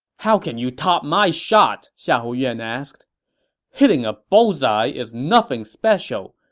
how can you top my shot? xiahou yuan asked hitting a bullseye is nothing special.